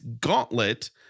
gauntlet